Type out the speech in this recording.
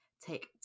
take